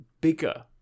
bigger